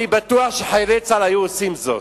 אני בטוח שחיילי צה"ל היו עושים זאת.